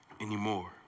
anymore